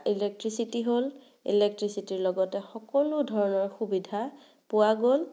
electricity হ'ল ইলেক্ট্ৰিচিটিৰ লগতে সকলো ধৰণৰ সুবিধা পোৱা গ'ল